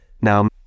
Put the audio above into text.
Now